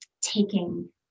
Taking